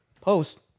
post